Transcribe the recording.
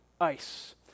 ice